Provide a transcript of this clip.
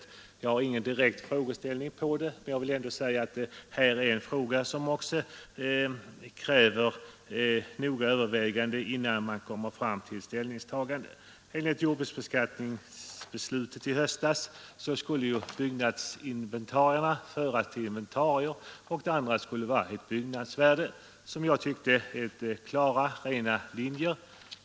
Jag har där inte angivit någon direkt frågeställning, men jag vill ändå säga att här är det en fråga som kräver grundligt övervägande innan man tar slutlig ställning. Enligt jordbruksbeskattningsbeslutet i höstas skulle byggnadsinventarierna föras till inventarier och resten skulle vara byggnadsvärde — enligt min mening klara rena linjer.